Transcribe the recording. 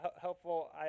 helpful